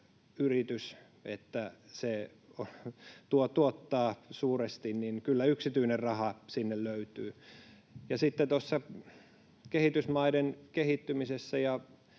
hyvä, että se tuottaa suuresti. Kyllä yksityinen raha sinne löytyy. Sitten tuossa kehitysmaiden kehittymisessä ja